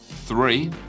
Three